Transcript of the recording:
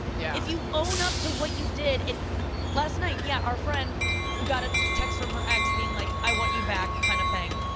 yeah if you own up to what you did, and ah last night yeah our friend who got a text from her ex being like, i want you back, kind of thing,